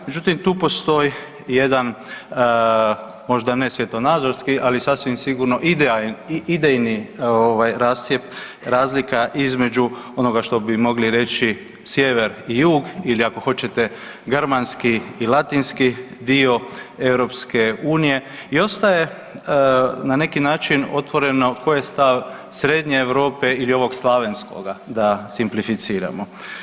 Međutim, tu postoji jedan možda ne svjetonazorski ali sasvim sigurno idejni ovaj rascjep razlika između onoga što bi mogli reći sjever i jug ili ako hoćete germanski i latinski dio EU i ostaje na neki način otvoreno koji je stav Srednje Europe ili ovog slavenskoga da simplificiramo.